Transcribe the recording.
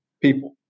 people